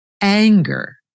anger